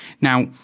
Now